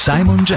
Simon